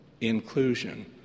inclusion